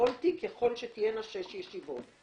בכל תיק יכול שתהיינה שש ישיבות.